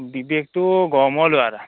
বিবেকটো গড়মূৰৰ ল'ৰা এটা